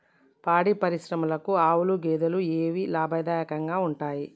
పాడి పరిశ్రమకు ఆవుల, గేదెల ఏవి లాభదాయకంగా ఉంటయ్?